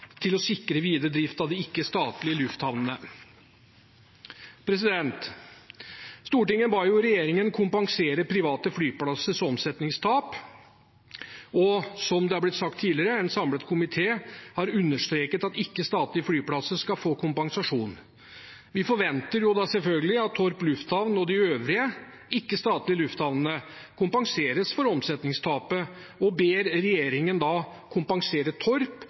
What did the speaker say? å sikre videre drift av de ikke-statlige lufthavnene. Stortinget ba regjeringen kompensere private flyplassers omsetningstap. Som det har blitt sagt tidligere: En samlet komité har understreket at ikke-statlige flyplasser skal få kompensasjon. Vi forventer da selvfølgelig at Torp lufthavn og de øvrige ikke-statlige lufthavnene kompenseres for omsetningstapet, og ber regjeringen kompensere Torp